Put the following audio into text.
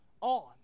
on